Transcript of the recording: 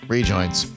Rejoins